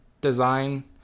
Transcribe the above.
design